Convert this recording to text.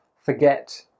forget